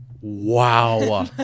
Wow